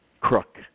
crook